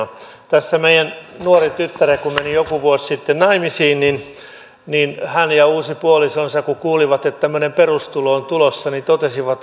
tässä meidän nuorin tyttäremme kun meni joku vuosi sitten naimisiin niin hän ja uusi puolisonsa kun kuulivat että tämmöinen perustulo on tulossa niin totesivat